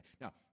Now